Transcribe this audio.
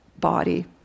body